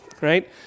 right